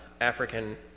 African